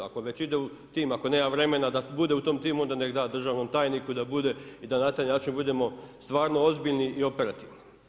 Ako već idu tim, ako nema vremena da bude u tom timu onda nek' da državnom tajniku da bude i da na taj način budemo stvarno ozbiljni i operativni.